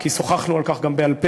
כי שוחחנו על כך גם בעל-פה,